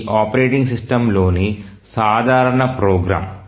ఇది operating system లేని సాధారణ ప్రోగ్రామ్